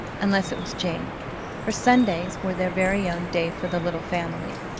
unless it was jane for sundays were their very own day for the little family,